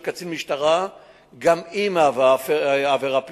קצין משטרה גם היא מהווה עבירה פלילית.